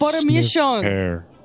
permission